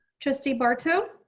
trustee barto.